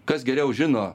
kas geriau žino